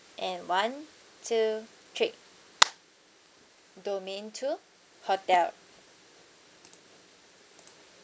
and one two three domain two hotel